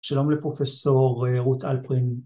‫שלום לפרופ' רות הלפרין.